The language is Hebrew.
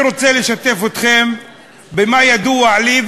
אני רוצה לשתף אתכם במה שידוע לי,